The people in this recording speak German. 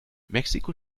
mexiko